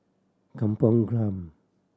Kampong Glam